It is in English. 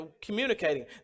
communicating